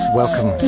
welcome